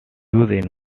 used